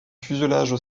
fuselage